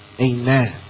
Amen